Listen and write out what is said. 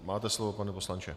Máte slovo, pane poslanče.